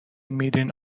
میرین